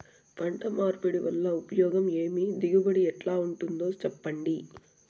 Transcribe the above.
పంట మార్పిడి వల్ల ఉపయోగం ఏమి దిగుబడి ఎట్లా ఉంటుందో చెప్పండి?